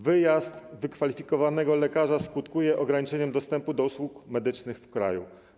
Wyjazd wykwalifikowanego lekarza skutkuje ograniczeniem dostępu do usług medycznych w kraju.